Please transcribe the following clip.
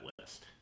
list